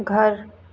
घर